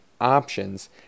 options